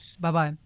Bye-bye